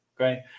Okay